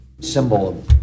symbol